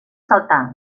saltar